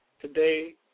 Today